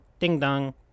ding-dong